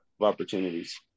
opportunities